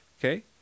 okay